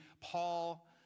Paul